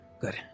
good